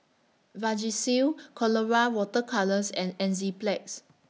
Vagisil Colora Water Colours and Enzyplex